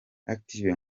active